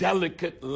Delicate